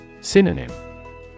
Synonym